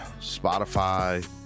Spotify